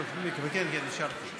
כן, אפשר.